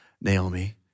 Naomi